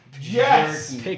Yes